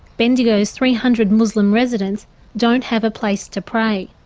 bendigo's three hundred muslim residents don't have a place to pray.